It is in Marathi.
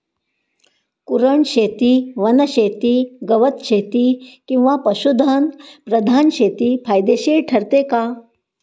कुरणशेती, वनशेती, गवतशेती किंवा पशुधन प्रधान शेती फायदेशीर ठरते का?